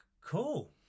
cool